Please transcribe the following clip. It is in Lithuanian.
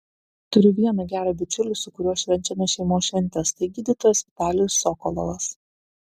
turiu vieną gerą bičiulį su kuriuo švenčiame šeimos šventes tai gydytojas vitalijus sokolovas